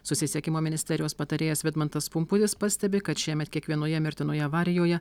susisiekimo ministerijos patarėjas vidmantas pumputis pastebi kad šiemet kiekvienoje mirtinoje avarijoje